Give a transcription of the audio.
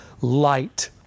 Light